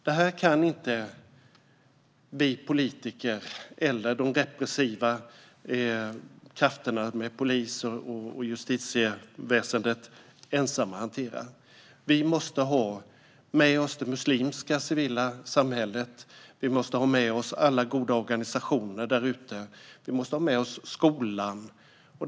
Detta kan inte vi politiker eller de repressiva krafterna - polis och justitieväsen - hantera ensamma. Vi måste ha med oss det muslimska civila samhället. Vi måste ha med oss alla goda organisationer där ute. Vi måste ha med oss skolan.